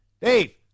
Dave